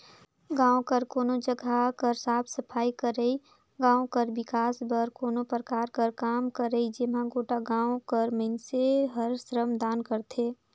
गाँव कर कोनो जगहा कर साफ सफई करई, गाँव कर बिकास बर कोनो परकार कर काम करई जेम्हां गोटा गाँव कर मइनसे हर श्रमदान करथे